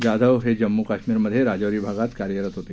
जाधव हे जम्मू काश्मीरमेघे राजौरी भागात कार्यरत होते